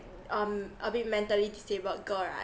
um a bit mentally disabled girl right